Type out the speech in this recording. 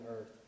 earth